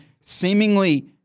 seemingly